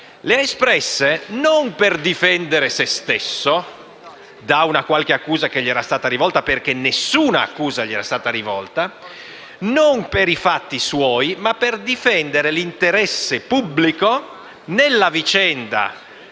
Le ha espresse non per difendere se stesso da una qualche accusa che gli era stata rivolta, perché nessuna accusa gli era stata rivolta, ma per difendere l'interesse pubblico nella vicenda